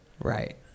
Right